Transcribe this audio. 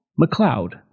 McLeod